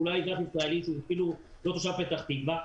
אולי אזרח ישראלי שהוא אפילו לא תושב פתח תקווה,